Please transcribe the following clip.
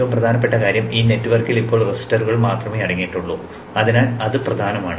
ഏറ്റവും പ്രധാനപ്പെട്ട കാര്യം ഈ നെറ്റ്വർക്കിൽ ഇപ്പോൾ റെസിസ്റ്ററുകൾ മാത്രമേ അടങ്ങിയിട്ടുള്ളൂ അതിനാൽ അത് പ്രധാനമാണ്